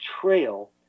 trail